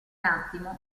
attimo